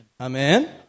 Amen